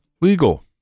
legal